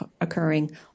occurring